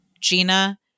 gina